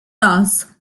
thus